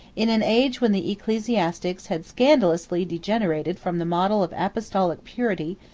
in an age when the ecclesiastics had scandalously degenerated from the model of apostolic purity,